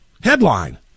Headline